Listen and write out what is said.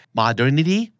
modernity